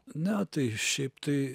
ne tai šiaip tai